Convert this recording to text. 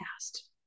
past